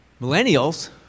Millennials